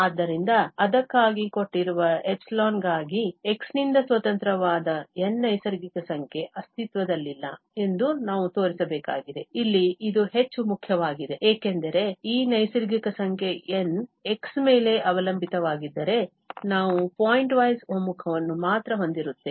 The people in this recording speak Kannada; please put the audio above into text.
ಆದ್ದರಿಂದ ಅದಕ್ಕಾಗಿ ಕೊಟ್ಟಿರುವ ϵ ಗಾಗಿ x ನಿಂದ ಸ್ವತಂತ್ರವಾದ N ನೈಸರ್ಗಿಕ ಸಂಖ್ಯೆ ಅಸ್ತಿತ್ವದಲ್ಲಿಲ್ಲ ಎಂದು ನಾವು ತೋರಿಸಬೇಕಾಗಿದೆ ಇಲ್ಲಿ ಇದು ಹೆಚ್ಚು ಮುಖ್ಯವಾಗಿದೆ ಏಕೆಂದರೆ ಈ ನೈಸರ್ಗಿಕ ಸಂಖ್ಯೆ N x ಮೇಲೆ ಅವಲಂಬಿತವಾಗಿದ್ದರೆ ನಾವು ಪಾಯಿಂಟ್ವೈಸ್ ಒಮ್ಮುಖವನ್ನು ಮಾತ್ರ ಹೊಂದಿರುತ್ತೇವೆ